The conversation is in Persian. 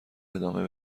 ادامه